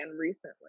recently